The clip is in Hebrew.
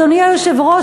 אדוני היושב-ראש,